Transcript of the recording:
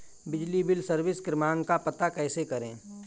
बिजली bill service क्रमांक का पता कैसे करें?